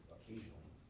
Occasionally